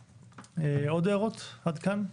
עוד הערות עד כאן?